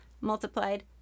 multiplied